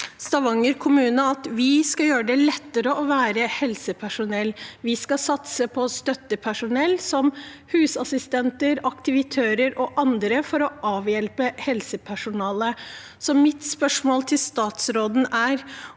Stavanger kommune sier at de skal gjøre det lettere å være helsepersonell – de skal satse på støttepersonell som husassistenter, aktivitører og andre for å avhjelpe helsepersonalet. Mitt spørsmål til statsråden er: